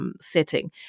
setting